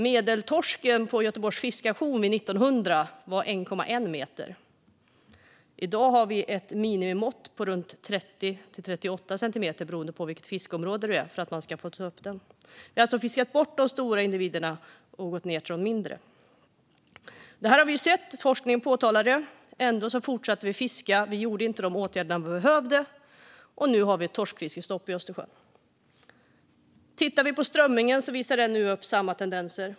Medeltorsken på Göteborgs fiskauktion år 1900 var 1,1 meter. I dag är minimimåttet för att få ta upp torsken 30-38 centimeter beroende på fiskeområde. Vi har alltså fiskat bort de stora individerna och gått ned till de mindre. Det här har vi sett. Forskningen påtalade det. Ändå fortsatte vi att fiska. Vi vidtog inte de åtgärder vi behövde, och nu har vi ett torskfiskestopp i Östersjön. Strömmingen visar nu upp samma tendenser.